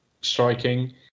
striking